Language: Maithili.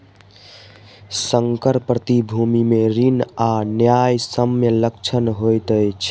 संकर प्रतिभूति मे ऋण आ न्यायसम्य लक्षण होइत अछि